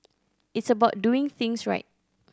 it's about doing things right